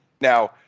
Now